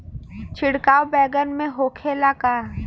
छिड़काव बैगन में होखे ला का?